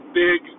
big